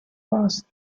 passed